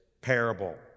parable